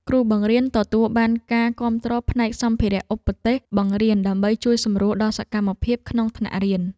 គ្រូបង្រៀនទទួលបានការគាំទ្រផ្នែកសម្ភារៈឧបទេសបង្រៀនដើម្បីជួយសម្រួលដល់សកម្មភាពក្នុងថ្នាក់រៀន។